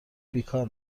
بیکار